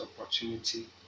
opportunity